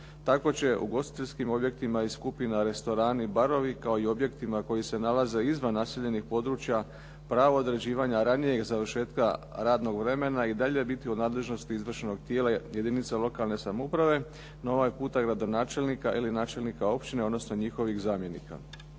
Tako će ugostiteljskim objektima i skupina restorani i barovi, kao i objektima koji se nalaze izvan naseljenih područja pravo određivanja ranijeg završetka radnog vremena i dalje biti u nadležnosti izvršnog tijela jedinica lokalne samouprave, no ovaj puta gradonačelnika ili načelnika općine, odnosno njihovih zamjenika.